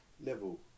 level